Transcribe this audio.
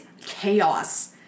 chaos